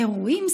אירועים,